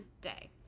day